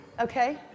okay